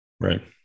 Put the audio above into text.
Right